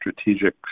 strategic